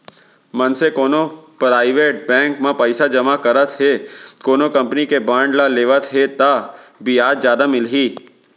मनसे कोनो private bank म पइसा जमा करत हे कोनो कंपनी के बांड ल लेवत हे ता बियाज जादा मिलही